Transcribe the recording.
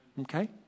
Okay